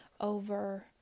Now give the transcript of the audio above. over